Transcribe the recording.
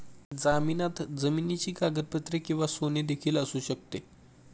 जामिनात जमिनीची कागदपत्रे किंवा सोने देखील असू शकते